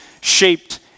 shaped